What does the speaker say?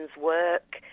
work